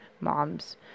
mom's